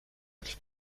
üks